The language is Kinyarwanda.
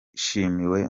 bishimiwe